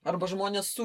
arba žmonės su